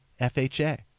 FHA